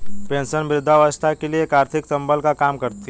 pension वृद्धावस्था के लिए एक आर्थिक संबल का काम करती है